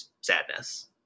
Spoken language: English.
sadness